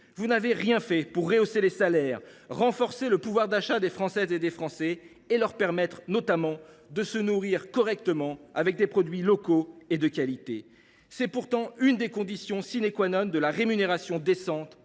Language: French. Vous n’avez rien fait pour rehausser le niveau des salaires, renforcer le pouvoir d’achat des Françaises et des Français et leur permettre, notamment, de se nourrir correctement avec des produits locaux et de qualité. C’est pourtant l’une des conditions pour garantir une rémunération décente